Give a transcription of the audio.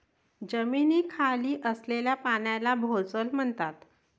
जमिनीखाली असलेल्या पाण्याला भोजल म्हणतात